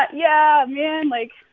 but yeah, man, like.